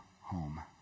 home